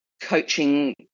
coaching